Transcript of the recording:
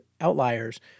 outliers